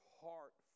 heart